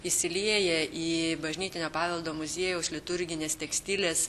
įsilieja į bažnytinio paveldo muziejaus liturginės tekstilės